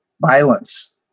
violence